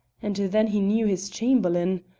and then he knew his chamberlain.